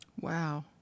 Wow